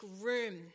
room